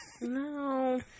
No